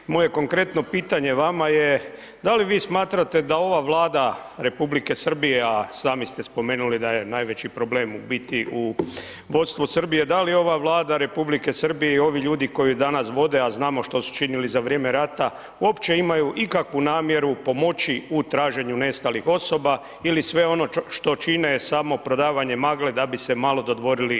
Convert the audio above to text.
Moje konkretno pitanje vama je da li vi smatrate da ova Vlada Republike Srbija, sami ste spomenuli da je najveći problem u biti u vodstvu Srbije, da li ova Vlada Republike Srbije i ovi ljudi koji danas vode, a znamo što su činili za vrijeme rata, uopće imaju ikakvu namjeru pomoći u traženju nestalih osoba ili sve ono što čine je samo prodavanje magle da bi se malo dodvorili EU?